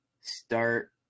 start